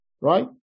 right